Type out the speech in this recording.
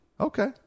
Okay